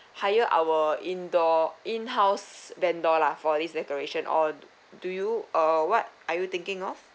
hire our indoor in house barn door lah for this decoration or do you uh what are you thinking of